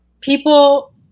people